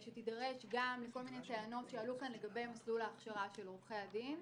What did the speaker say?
שתידרש גם לכל מיני טענות שעלו כאן לגבי מסלול ההכשרה של עורכי הדין.